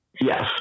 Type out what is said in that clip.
Yes